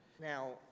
Now